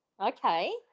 okay